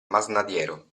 masnadiero